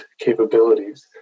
capabilities